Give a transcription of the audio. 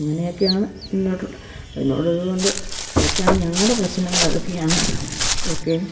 അങ്ങനെയൊക്കെയാണ് പിന്നോട്ടുള്ള അതിനോടത് കൊണ്ട് അതൊക്കെയാണ് ഞങ്ങളുടെ പ്രശ്നങ്ങൾ അതൊക്കെയാണ് ഓക്കേ